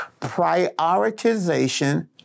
prioritization